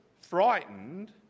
frightened